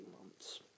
months